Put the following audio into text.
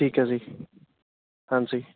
ਠੀਕ ਹੈ ਜੀ ਹਾਂਜੀ